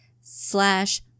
slash